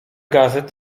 gazet